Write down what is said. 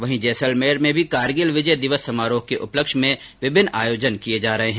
वहीं जैसलमेर में भी कारगिल विजय दिवस समारोह के उपलक्ष्य में विभिन्न आयोजन किये जा रहे है